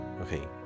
Okay